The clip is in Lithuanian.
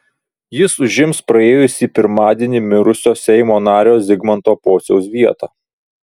jis užims praėjusį pirmadienį mirusio seimo nario zigmanto pociaus vietą